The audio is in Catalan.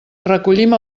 recollim